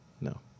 no